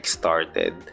started